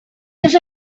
does